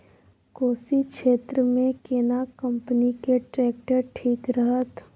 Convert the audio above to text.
कोशी क्षेत्र मे केना कंपनी के ट्रैक्टर ठीक रहत?